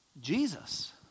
Jesus